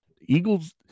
Eagles